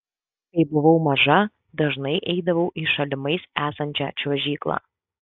kai buvau maža dažnai eidavau į šalimais esančią čiuožyklą